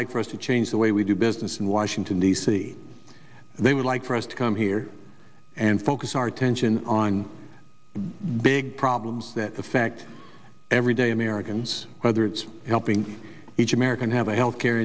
like for us to change the way we do business in washington d c they would like for us to come here and focus our attention on big problems that affect everyday americans whether it's helping each american have a health care